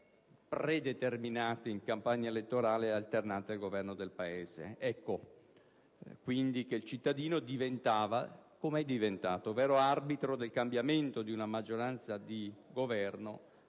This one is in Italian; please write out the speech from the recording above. predeterminate in campagna elettorale e alternate al governo del Paese. Ecco quindi che il cittadino diventava come è diventato: vero arbitro del cambiamento di una maggioranza di Governo,